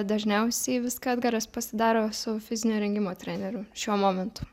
dažniausiai viską edgaras pasidaro su fizinio rengimo treneriu šiuo momentu